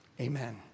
Amen